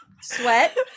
sweat